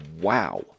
Wow